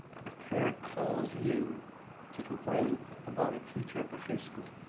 parent calls you to complain about a teacher at the high school.